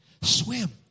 Swim